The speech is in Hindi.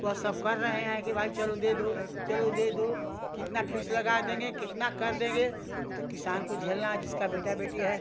वह सब कर रहे हैं कि भाई चलो दे दो चलो दे दो कितना फीस लगा देंगे कितना कर देंगे उ किसान को झेलना है जिसक बेटा बेटी है